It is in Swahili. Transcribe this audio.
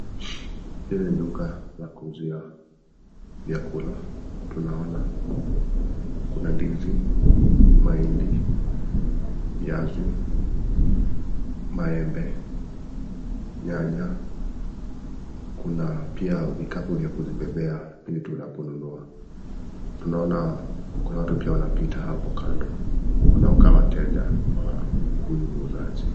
Hili ni duka la kuuzia vyakula. Tunaona kuna ndizi, mahindi, viazi, maembe, nyanya. Kuna pia vikapu vya kuzibebea vitu tunaponunua. Tunaona kuna watu pia wanapita hapo kando wanaokaa wateja wa huyu muuzaji.